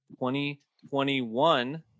2021